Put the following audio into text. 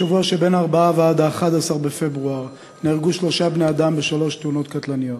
בשבוע שמ-4 עד 11 בפברואר נהרגו שלושה בני-אדם בשלוש תאונות קטלניות: